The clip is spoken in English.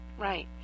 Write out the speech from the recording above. Right